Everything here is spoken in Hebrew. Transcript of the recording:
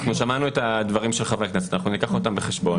שמענו את הדברים של חברי הכנסת, ניקח אותם בחשבון.